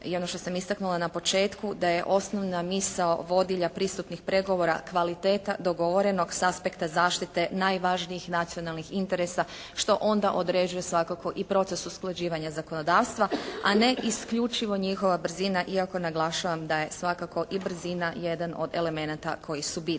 i ono što sam istaknula na početku da je osnovna misao vodilja pristupnih pregovora kvaliteta dogovorenog s aspekta zaštite najvažnijih nacionalnih interesa što onda određuje svakako i proces usklađivanja zakonodavstva a ne isključivo njihova brzina. Iako naglašavam da je svakako i brzina jedan od elemenata koji su bitni.